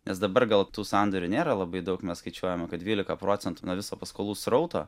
nes dabar gal tų sandorių nėra labai daug mes skaičiuojame kad dvylika procentų nuo viso paskolų srauto